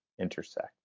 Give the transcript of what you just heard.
intersect